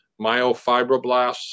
myofibroblasts